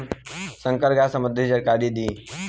संकर गाय सबंधी जानकारी दी?